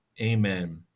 Amen